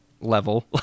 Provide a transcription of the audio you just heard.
level